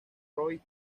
roy